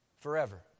forever